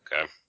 Okay